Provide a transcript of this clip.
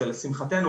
זה לשמחתנו,